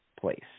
place